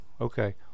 okay